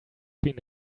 been